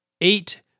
eight